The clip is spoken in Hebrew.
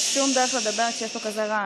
אבל אין שום דרך לדבר כשיש פה כזה רעש.